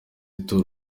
tour